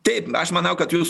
taip aš manau kad jūs